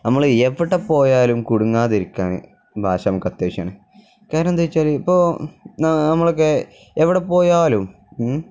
നമ്മള് എവിടെ പോയാലും കുടുങ്ങാതിരിക്കാന് ഭാഷ നമുക്ക് അത്യാവശ്യമാണ് കാരണം എന്താണെന്നുവച്ചാല് ഇപ്പോള് നമ്മളൊക്കെ എവിടെ പോയാലും